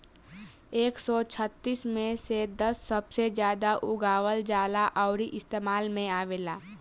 एक सौ छत्तीस मे से दस सबसे जादा उगावल जाला अउरी इस्तेमाल मे आवेला